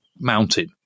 mountain